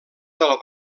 del